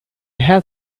had